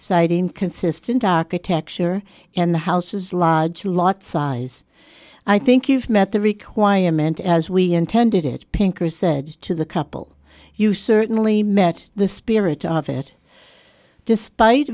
citing consistent architecture and the house is large you lot size i think you've met the requirement as we intended it pinker said to the couple you certainly met the spirit of it despite